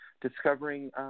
discovering